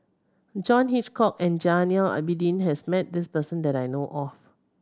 John Hitchcock and Zainal Abidin has met this person that I know of